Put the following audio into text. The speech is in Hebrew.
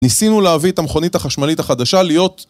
ניסינו להביא את המכונית החשמלית החדשה להיות